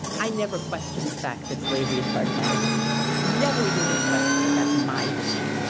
i never questioned the fact that slavery is part of my history. it's never even been a question that that's my history.